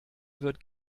wird